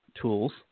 tools